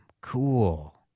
Cool